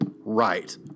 Right